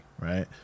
right